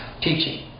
teaching